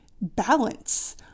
balance